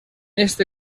este